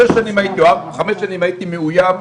שש שנים או חמש שנים הייתי מאוים,